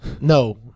No